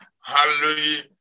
hallelujah